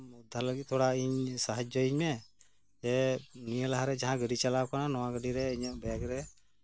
ᱩᱫᱽᱫᱷᱟᱨ ᱞᱟᱹᱜᱤᱫᱛᱮ ᱛᱷᱚᱲᱟ ᱥᱟᱦᱟᱡᱡᱚᱧ ᱢᱮ ᱱᱤᱭᱟᱹ ᱞᱟᱦᱟᱨᱮ ᱡᱟᱦᱟᱸ ᱜᱟᱹᱰᱤ ᱪᱟᱞᱟᱣ ᱠᱟᱱᱟ ᱤᱧᱟᱹᱜ ᱵᱮᱜ ᱨᱮ